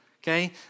Okay